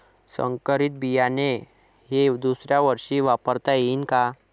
संकरीत बियाणे हे दुसऱ्यावर्षी वापरता येईन का?